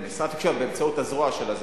באמצעות הזרוע שלו,